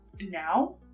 now